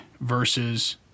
versus